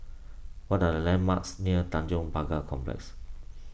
what are the landmarks near Tanjong Pagar Complex